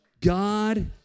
God